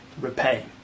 repay